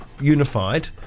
unified